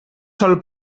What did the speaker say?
sol